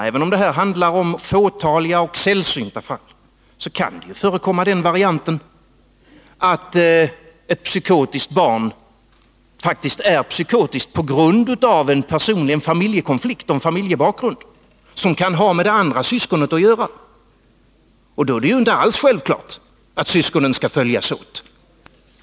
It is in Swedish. Även om det handlar om fåtaliga och sällsynta fall kan faktiskt den varianten förekomma att ett psykotiskt barn är psykotiskt på grund av en familjekonflikt och en familjebakgrund som kan ha med det andra syskonet att göra. Då är det ju inte alls självklart att syskonen skall följas åt.